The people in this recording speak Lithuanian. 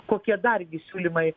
kokie dargi siūlymai